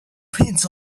pins